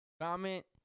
Comment